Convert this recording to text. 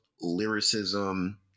lyricism